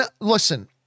listen